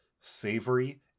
savory